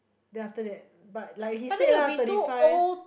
then after that but like he said lah thirty five